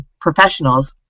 professionals